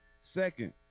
Second